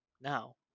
now